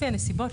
לפי הנסיבות,